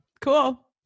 Cool